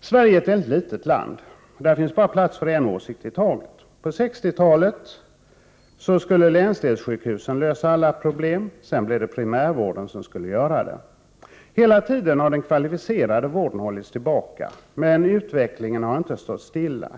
Sverige är ett litet land — här finns bara plats för en åsikt i taget. På 60-talet skulle länsdelssjukhusen lösa alla problem, sedan blev det primärvården som skulle göra det. Hela tiden har den kvalificerade vården hållits tillbaka. Men utvecklingen har inte stått stilla.